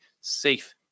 safe